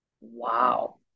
Wow